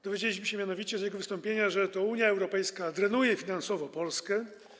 Dowiedzieliśmy się mianowicie z jego wystąpienia, że to Unia Europejska drenuje finansowo Polskę.